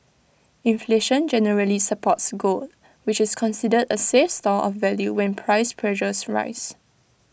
inflation generally supports gold which is considered A safe store of value when price pressures rise